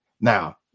Now